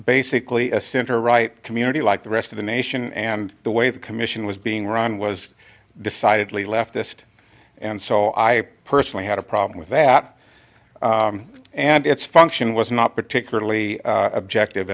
basically a center right community like the rest of the nation and the way the commission was being run was decidedly leftist and so i personally had a problem with that and its function was not particularly objective